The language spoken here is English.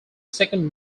second